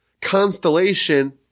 constellation